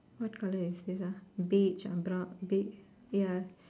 what colour is this ah beige ah brown beige ya